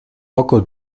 poco